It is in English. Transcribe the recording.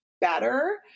better